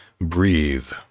breathe